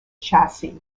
chassis